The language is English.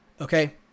Okay